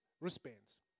wristbands